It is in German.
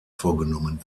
vorgenommen